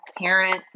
parents